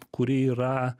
kuri yra